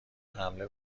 حمله